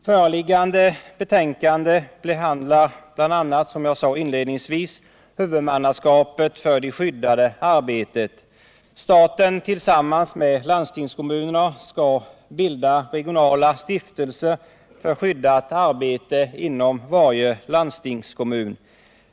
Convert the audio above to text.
Föreliggande betänkande behandlar bl.a., som jag sade inledningsvis, huvudmannaskapet för det skyddade arbetet. Staten tillsammans med landstingskommunerna skall bilda regionala stiftelser för skyddat arbete inom varje landstingskommun.